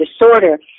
disorder